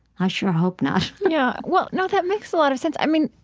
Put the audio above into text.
i sure hope not yeah. well, no, that makes a lot of sense. i mean,